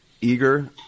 eager